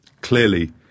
Clearly